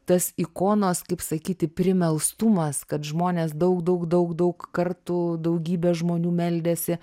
tas ikonos kaip sakyti primelstumas kad žmonės daug daug daug daug kartų daugybė žmonių meldėsi